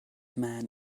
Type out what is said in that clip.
man